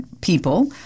people